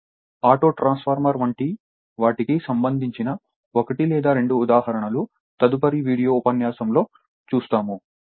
కాబట్టి auto transformer వంటి వాటికి సంబంధించిన 1 లేదా 2 ఉదాహరణలు తదుపరి వీడియో ఉపన్యాసంలో చూస్తాము